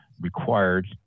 required